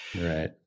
Right